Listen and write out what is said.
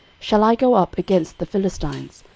shall i go up against the philistines?